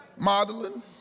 Modeling